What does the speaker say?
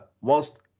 whilst